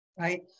Right